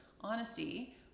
honesty